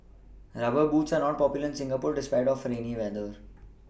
rubber boots are not popular in Singapore despite our for rainy weather